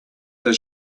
does